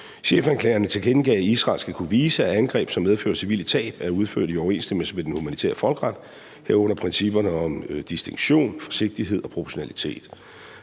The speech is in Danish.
Chefanklageren tilkendegav, at Israel skal kunne vise, at angreb, som medfører civile tab, er udført i overensstemmelse med den humanitære folkeret, herunder principperne om distinktion, forsigtighed og proportionalitet.